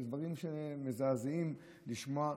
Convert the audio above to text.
דברים שמזעזע לשמוע.